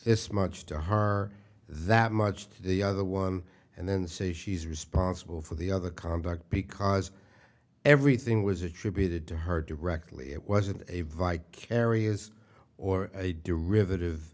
this much to her that much to the other one and then say she's responsible for the other conduct because everything was attributed to her directly it wasn't a vicarious or a d